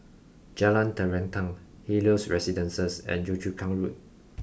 Jalan Terentang Helios Residences and Yio Chu Kang Road